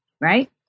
right